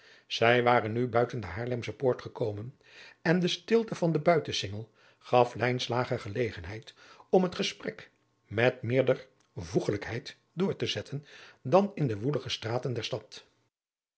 zij waren nu buiten de haarlemsche poort gekomen en de stilte van den buitensingel gaf lijnslager gelegenheid om het gesprek met meerder voegelijkheid door te zetten dan in de woelige straten der stad